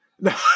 No